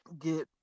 get